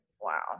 Wow